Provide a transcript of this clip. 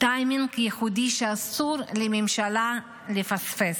טיימינג ייחודי שאסור לממשלה לפספס.